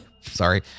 Sorry